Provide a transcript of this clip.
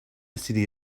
city